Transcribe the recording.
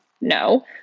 No